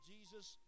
Jesus